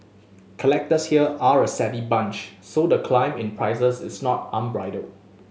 collectors here are a savvy bunch so the climb in prices is not unbridled